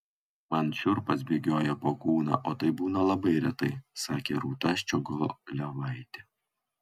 man šiurpas bėgioja po kūną o tai būna labai retai sakė rūta ščiogolevaitė